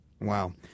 Wow